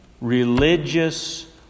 religious